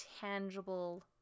tangible